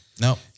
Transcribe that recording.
No